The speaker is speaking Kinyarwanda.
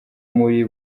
muri